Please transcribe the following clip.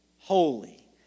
holy